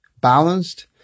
balanced